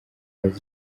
bazi